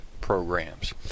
programs